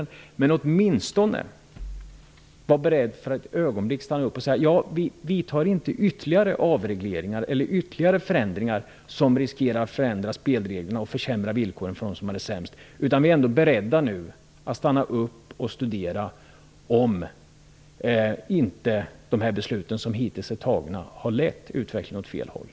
Jag vill dock att han åtminstone skall vara beredd att stanna upp för ett ögonblick och säga att man inte skall genomföra ytterligare avregleringar eller förändringar som riskerar att förändra spelreglerna och försämra villkoren för dem som har det sämst ställt. Det gäller att nu vara beredd att stanna upp och studera om inte de beslut som hittills har fattats har lett utvecklingen åt fel håll.